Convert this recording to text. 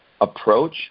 approach